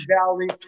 Valley